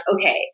okay